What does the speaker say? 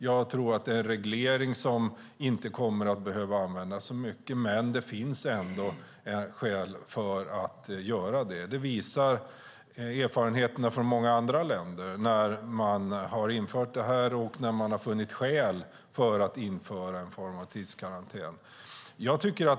Jag tror att det är en reglering som inte kommer att behöva användas så mycket, men det finns ändå skäl att införa den. Det visar erfarenheterna från många andra länder. Man har infört det här, och man har funnit skäl att införa en form av tidskarantän.